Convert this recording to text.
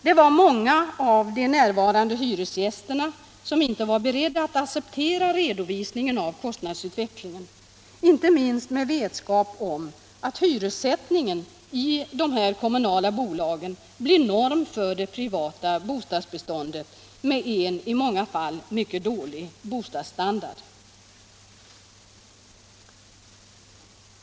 Det var många av de närvarande hyresgästerna som inte var beredda att acceptera redovisningen av kostnadsutvecklingen, inte minst i vetskap om att hyressättningen i de kommunala bolagen blir norm för det privata bostadsbeståndet med en i många fall mycket dålig bostadsstandard.